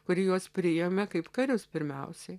kuri juos priėmė kaip karius pirmiausiai